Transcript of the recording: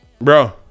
bro